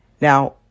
Now